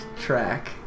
track